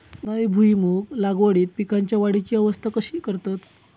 उन्हाळी भुईमूग लागवडीत पीकांच्या वाढीची अवस्था कशी करतत?